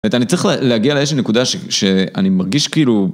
אני צריך להגיע לאיזושהי נקודה שאני מרגיש כאילו...